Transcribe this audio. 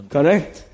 Correct